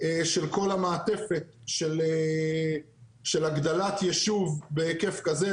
של כל המעטפת של הגדלת ישוב בהיקף כזה,